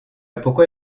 pourquoi